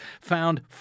found